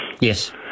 Yes